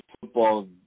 football